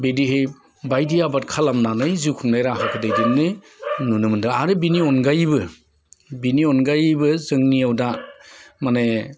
बिदिहै बायदि आबाद खालामनानै जिउ खुंनाय राहाखौ दैदेननाय नुनो मोन्दों आरो बिनि अनगायैबो बिनि अनगायैबो जोंनियाव दा माने